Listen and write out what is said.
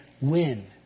win